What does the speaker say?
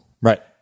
Right